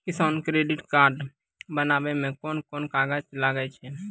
किसान credit card बनाबै मे कोन कोन कागज लागै छै?